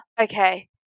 Okay